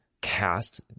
cast